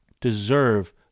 deserve